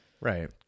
right